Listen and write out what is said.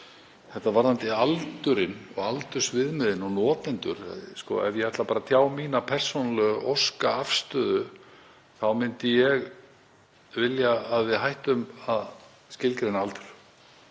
Þetta varðandi aldurinn og aldursviðmiðin og notendur, ef ég ætla bara að tjá mína persónulegu óskaafstöðu þá myndi ég vilja að við hættum að skilgreina aldur